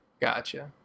gotcha